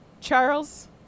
Charles